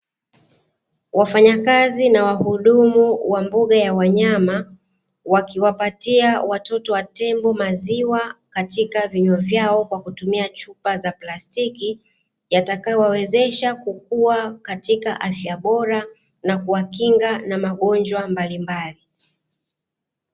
Wafanyakazi na wahudumu wa mbuga ya wanyama wakiwapatia watoto wa tembo maziwa katika vinywa vyao kwa kutumia chupa za plastiki, yatakayo wawezesha kukua katika afya bora na kuwakinga na magonjwa mbalimbali.